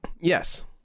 Yes